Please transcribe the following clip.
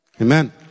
Amen